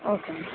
okay